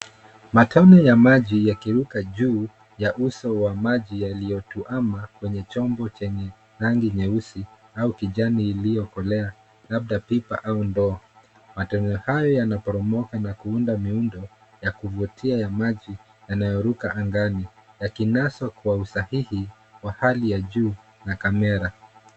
Matone ya maji yakiruka juu ya uso wa maji yaliyotuama kwenye chombo chenye rangi nyeusi au kijani iliyokolea labda pipa au ndoo. Matone hayo yanaporomoka na kuunda miundo ya kuvutia ya maji yanayoruka angani yakinaswa kwa usahihi wa hali ya juu na Kamera.